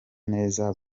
neza